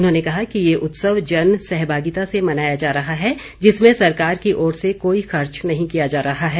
उन्होंने कहा कि ये उत्सव जन सहभागिता से मनाया जा रहा है जिसमें सरकार की ओर से कोई खर्च नहीं किया जा रहा है